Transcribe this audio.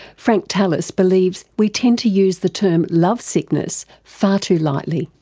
frank tallis believes we tend to use the term lovesickness far too lightly.